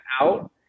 out